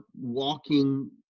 walking